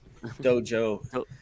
dojo